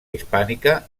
hispànica